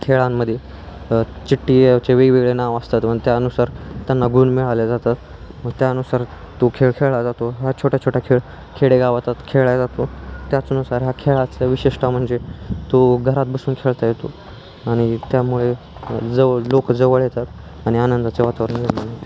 खेळांमध्ये चिट्टीचे वेगवेगळे नाव असतात अन त्यानुसार त्यांना गुण मिळाल्या जातात त्यानुसार तो खेळ खेळाला जातो हा छोट्या छोट्या खेळ खेडेगावात खेळाल्या जातो त्याचनुसार ह्या खेळाचा विशेष म्हणजे तो घरात बसून खेळता येतो आणि त्यामुळे जवळ लोकं जवळ येतात आ आणि आनंदाचे वातावरण निर्माण होते